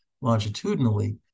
longitudinally